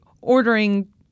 ordering